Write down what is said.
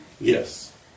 Yes